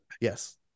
Yes